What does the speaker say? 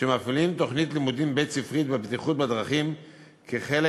שמפעילים תוכנית לימודים בית-ספרית בבטיחות בדרכים כחלק